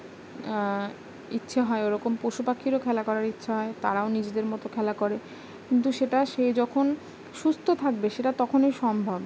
ইচ্ছে হয় ওরকম পশু পাখিরও খেলা করার ইচ্ছা হয় তারাও নিজেদের মতো খেলা করে কিন্তু সেটা সে যখন সুস্থ থাকবে সেটা তখনই সম্ভব